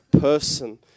person